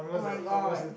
[oh]-my-god